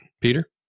Peter